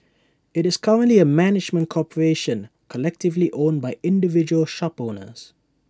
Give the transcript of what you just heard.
IT is currently A management corporation collectively owned by individual shop owners